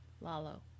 Lalo